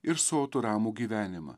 ir sotų ramų gyvenimą